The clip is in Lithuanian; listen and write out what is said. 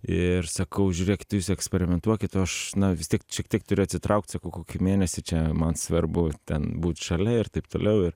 ir sakau žiūrėkt jūs eksperimentuokit o aš na vis tik šiek tiek turiu atsitraukt sakau kokį mėnesį čia man svarbu ten būt šalia ir taip toliau ir